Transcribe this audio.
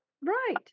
Right